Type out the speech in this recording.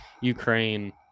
Ukraine